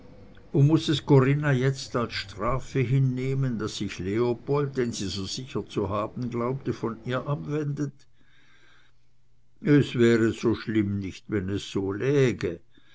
und muß es corinna jetzt als strafe hinnehmen daß sich leopold den sie so sicher zu haben glaubte von ihr abwendet es wäre so schlimm nicht wenn es so läge